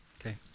Okay